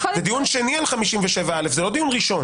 זהו דיון שני על 57א; זהו לא הדיון הראשון.